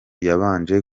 yabanje